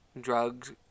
drugs